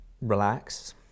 relax